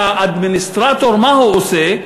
והאדמיניסטרטור, מה הוא עושה?